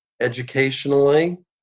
educationally